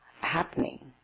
happening